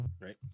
right